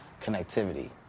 connectivity